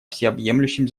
всеобъемлющем